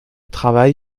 travail